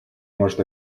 может